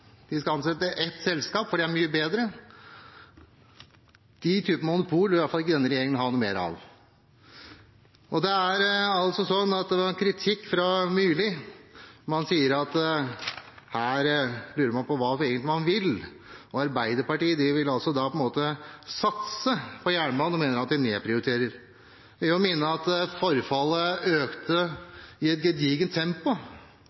skal de ansettes i ett selskap fordi det er mye bedre? Den type monopol vil iallfall ikke denne regjeringen ha noe mer av. Så var det kritikk fra Myrli, som sier at her lurer man på hva vi egentlig vil, at Arbeiderpartiet vil satse på jernbane og mener at vi nedprioriterer. Da vil jeg minne om at forfallet økte i et gedigent tempo